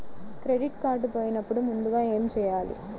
Credit card పోయినపుడు ముందుగా ఏమి చేయాలి?